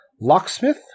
locksmith